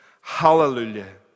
hallelujah